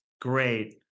great